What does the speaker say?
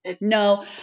No